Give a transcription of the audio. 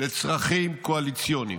לצרכים קואליציוניים?